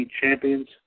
champions